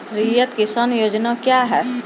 रैयत किसान योजना क्या हैं?